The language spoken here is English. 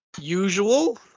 usual